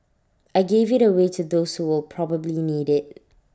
I gave IT away to those who will probably need IT